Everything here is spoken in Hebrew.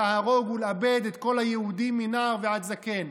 להרוג ולאבד את כל היהודים מנער ועד זקן,